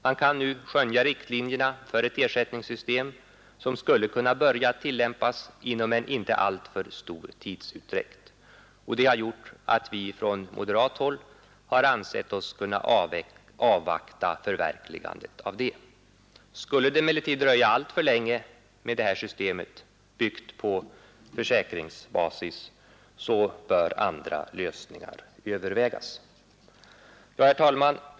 Man kan nu skönja riktlinjerna för ett ersättningssystem, som skulle kunna börja tillämpas inom en inte alltför stor tidsutdräkt. Det har gjort att vi från moderat håll har ansett oss kunna avvakta förverkligandet av det. Skulle det emellertid dröja alltför länge med detta system, byggt på försäkringsbasis, bör andra lösningar övervägas. Herr talman!